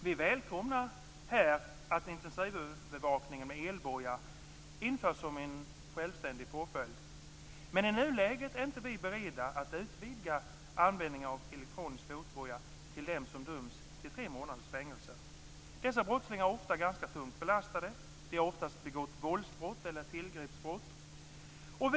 Vi välkomnar att intensivövervakning med elboja införs som en självständig påföljd, men i nuläget är vi inte beredda att utvidga användningen av elektronisk fotboja till att omfatta dem som döms till tre månaders fängelse. Dessa brottslingar är ofta ganska tungt belastade. De har oftast begått våldsbrott eller tillgreppsbrott.